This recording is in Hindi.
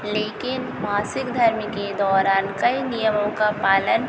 लेकिन मासिक धर्म के दौरान कई नियमों का पालन